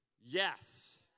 yes